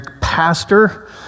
pastor